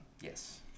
Yes